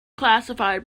classified